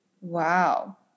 Wow